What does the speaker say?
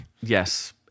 yes